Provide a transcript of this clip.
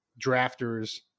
drafters